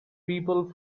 people